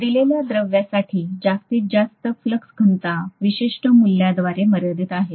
दिलेल्या द्रव्यासाठी जास्तीत जास्त फ्लक्स घनता विशिष्ट मूल्याद्वारे मर्यादित आहे